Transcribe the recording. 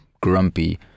grumpy